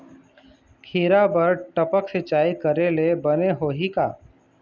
खिरा बर टपक सिचाई करे ले बने होही का?